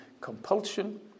compulsion